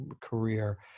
career